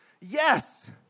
Yes